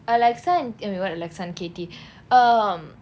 alexa and eh wait what alexa and katie um